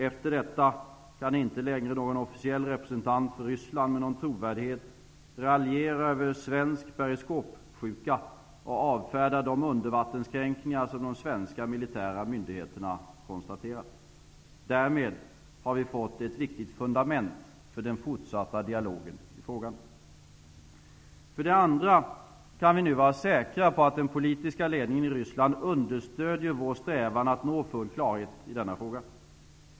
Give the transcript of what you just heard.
Efter detta kan inte längre någon officiell representant för Ryssland med någon trovärdighet raljera över svensk ''periskopsjuka'' och avfärda de undervattenskränkningar som de svenska militära myndigheterna konstaterat. Därmed har vi fått ett viktigt fundament för den forsatta dialogen i frågan. För det andra kan vi nu vara säkra på att den politiska ledningen i Ryssland understödjer vår strävan att nå full klarhet i denna fråga.